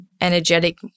energetic